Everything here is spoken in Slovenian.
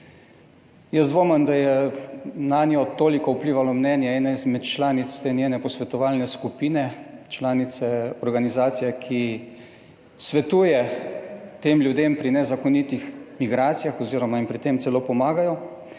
Jaz dvomim, da je nanjo toliko vplivalo mnenje ene izmed članic te njene posvetovalne skupine, članice organizacije, ki svetuje tem ljudem pri nezakonitih migracijah oz. jim pri tem celo pomagajo.